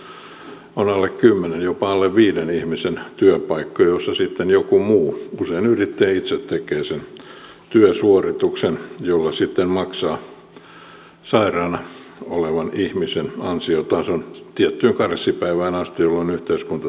valtaosa suomalaisista yrityksistä on alle kymmenen jopa alle viiden ihmisen työpaikkoja joissa joku muu usein yrittäjä itse tekee sen työsuorituksen jolla sitten maksaa sairaana olevan ihmisen ansiotason tiettyyn karenssipäivään asti jolloin yhteiskunta tulee vastaan